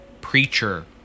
preacher